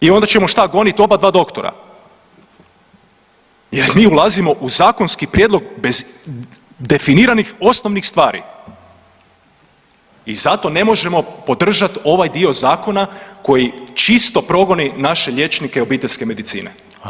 I onda ćemo šta gonit oba dva doktora jer mi ulazimo u zakonski prijedlog bez definiranih osnovnih stvari i zato ne možemo podržat ovaj dio zakona koji čisto progoni naše liječnike obiteljske medicine.